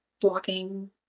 Blocking